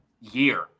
year